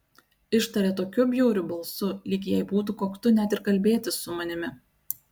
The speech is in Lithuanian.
ištarė tokiu bjauriu balsu lyg jai būtų koktu net ir kalbėtis su manimi